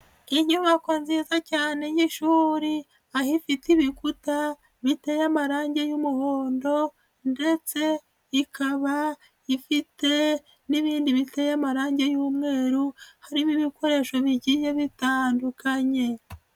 Inyubako nziza cyane y'ishuri aho ifite ibikuta biteye amarange y'umuhondo ndetse ikaba ifite n'ibindi biteye amarangi y'umweru harimo ibikoresho bigiye bitandukanye.